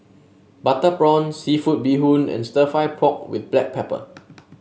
Butter Prawn seafood Bee Hoon and stir fry pork with Black Pepper